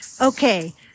okay